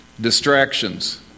Distractions